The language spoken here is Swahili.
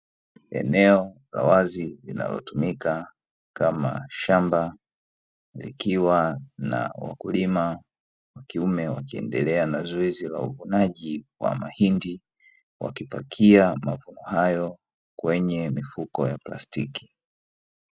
Eneo la wazi linalotumika kama shamba likiwa na wakulima wakiume wakiendelea na zoezi la uvunaji wa mahindi, wakipakia mavuno hayo kwenye mifuko ya plastiki.